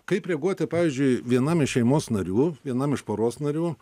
kaip reaguoti pavyzdžiui vienam iš šeimos narių vienam iš poros narių